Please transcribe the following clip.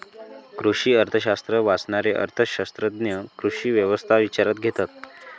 कृषी अर्थशास्त्र वाचणारे अर्थ शास्त्रज्ञ कृषी व्यवस्था विचारात घेतात